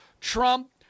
Trump